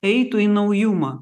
eitų į naujumą